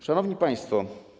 Szanowni Państwo!